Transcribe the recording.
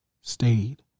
stayed